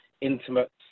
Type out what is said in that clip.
intimate